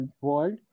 world